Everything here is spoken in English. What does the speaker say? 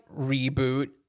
reboot